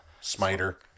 Smiter